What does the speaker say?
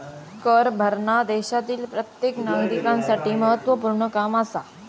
कर भरना देशातील प्रत्येक नागरिकांसाठी महत्वपूर्ण काम आसा